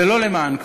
ולא למען כבודו,